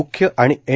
म्ख्य आणि एन